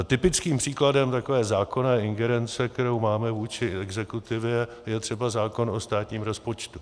Typickým příkladem takové zákonné ingerence, kterou máme vůči exekutivě, je třeba zákon o státním rozpočtu.